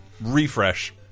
refresh